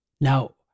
Now